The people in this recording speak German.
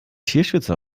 tierschützer